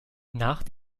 nach